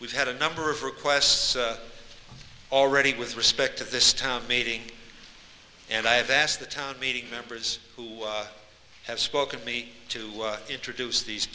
we've had a number of requests already with respect to this town meeting and i have asked the town meeting members who have spoken to me to introduce these